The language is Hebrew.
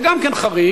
זה גם כן חריג,